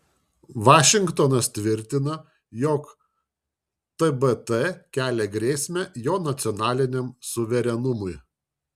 vašingtonas tvirtina jog tbt kelia grėsmę jo nacionaliniam suverenumui